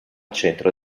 centro